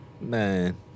Man